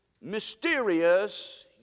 mysterious